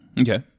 Okay